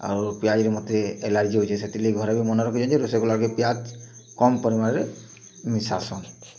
ଆରୁ ପିଆଜ୍ରେ ମୋତେ ଆଲର୍ଜି ବି ହଉଛେ ସେଥିର୍ଲାଗି ଘରେ ବି ମନେ ରଖିଛନ୍ ଯେ ରୁଷେଇ କଲା ବେଲ୍କେ ପିଆଜ କମ୍ ପରିମାଣରେ ମିଶାସନ୍